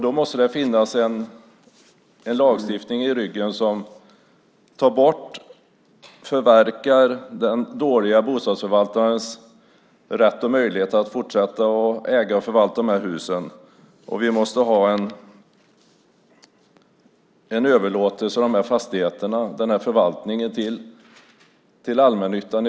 Då måste det finnas en lagstiftning där den dåliga bostadsförvaltarens rätt och möjlighet att fortsätta äga och förvalta hus förverkas. Vi måste ha en överlåtelse av fastigheter och förvaltning till i första hand allmännyttan.